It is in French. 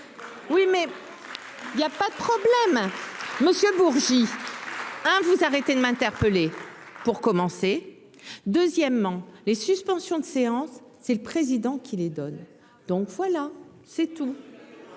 Oui mais. Il y a pas de problème Monsieur Bourgi. Hein vous arrêtez de m'interpeller. Pour commencer. Deuxièmement les suspensions de séance. C'est le président qui les donne. Donc voilà c'est tout.